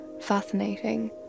fascinating